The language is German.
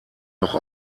noch